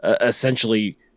essentially